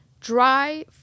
dry